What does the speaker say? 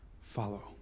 follow